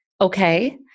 okay